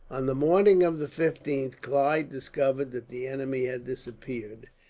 on the morning of the fifteenth, clive discovered that the enemy had disappeared.